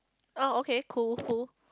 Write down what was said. oh okay cool cool